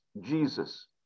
Jesus